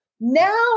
Now